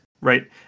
Right